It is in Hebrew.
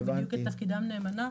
בדיוק את תפקידן נאמנה.